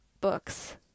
books